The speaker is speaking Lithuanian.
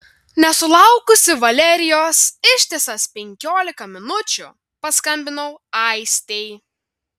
nesulaukusi valerijos ištisas penkiolika minučių paskambinau aistei